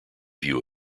view